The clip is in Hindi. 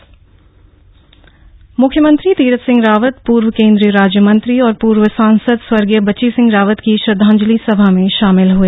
शोक सभा म्ख्यमंत्री तीरथ सिंह रावत पूर्व केंद्रीय राज्यमंत्री और पूर्व सांसद स्वर्गीय बची सिंह रावत की श्रद्धांजलि सभा में शामिल हए